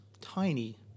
tiny